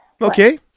Okay